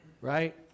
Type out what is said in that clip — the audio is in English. right